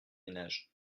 ménages